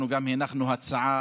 אנחנו גם הנחנו הצעה,